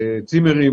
צימרים,